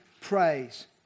Praise